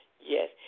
yes